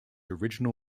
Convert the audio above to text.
original